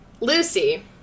Lucy